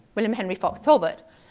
william henry fox talbot.